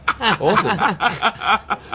Awesome